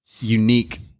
unique